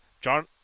John